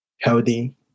healthy